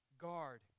Guard